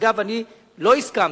אגב, אני לא הסכמתי.